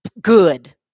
good